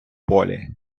полі